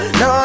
no